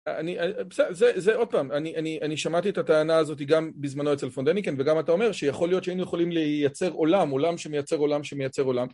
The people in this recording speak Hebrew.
בסדר. זה עוד פעם, אני שמעתי את הטענה הזאת גם בזמנו אצל פונדניקן וגם אתה אומר שיכול להיות שהיינו יכולים לייצר עולם, עולם שמייצר עולם שמייצר עולם